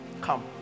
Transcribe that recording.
Come